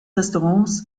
restaurants